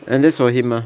and that's for him mah